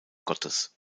gottes